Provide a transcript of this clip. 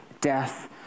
death